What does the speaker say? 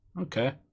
Okay